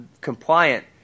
compliant